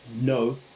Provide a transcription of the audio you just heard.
no